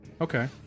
Okay